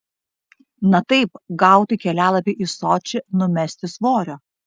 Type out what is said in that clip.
na taip gauti kelialapį į sočį numesti svorio